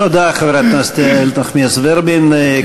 תודה, חברת הכנסת איילת נחמיאס ורבין.